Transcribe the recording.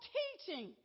teaching